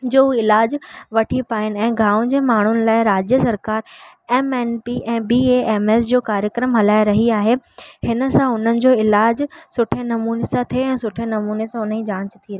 जो इलाजु वठी पाइनि ऐं गांव जो माण्हुनि लाइ राज्य सरकार एम एन पी ऐं बी ए एम एस जो कार्यक्रम हलाए रही आहे हिन सां हुननि जो इलाजु सुठे नमूने सां थे ऐं सुठे नमूने सां उन जी जांच थी रहे